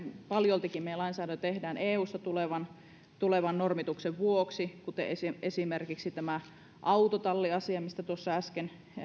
paljoltikin meillä lainsäädäntöä tehdään eusta tulevan tulevan normituksen vuoksi kuten esimerkiksi tämä autotalliasia mistä tuossa äsken